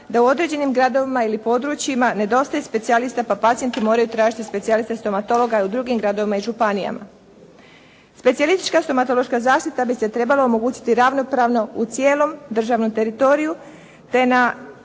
da u određenim gradovima ili područjima nedostaje specijalista pa pacijenti moraju tražiti specijalista stomatologa i u drugim gradovima i županijama. Specijalistička stomatološka zaštita bi se trebala omogućiti ravnopravno u cijelom državnom teritoriju